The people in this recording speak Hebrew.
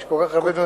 יש כל כך הרבה דברים,